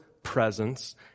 Presence